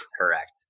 Correct